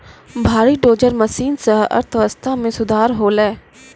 भारी dozer machine सें अर्थव्यवस्था मे सुधार होलय